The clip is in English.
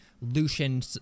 Lucian